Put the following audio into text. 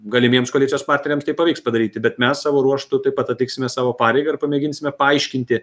galimiems koalicijos partneriams tai pavyks padaryti bet mes savo ruožtu taip pat atliksime savo pareigą ir pamėginsime paaiškinti